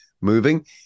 moving